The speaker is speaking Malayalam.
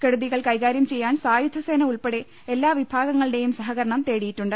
കെടുതികൾ കൈകാരൃം ചെയ്യാൻ സായുധസേന ഉൾപ്പെടെ എല്ലാ വിഭാഗ ങ്ങളുടെയും സഹകരണം തേടിയിട്ടുണ്ട്